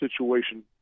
situation